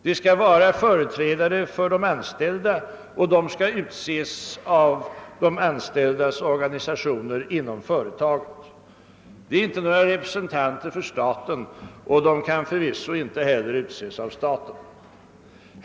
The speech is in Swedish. De skall vara företrädare för de anställda, och de skall utses av de anställdas organisationer inom företaget. De är inte några representanter för staten och kan förvisso inte heller utses av staten.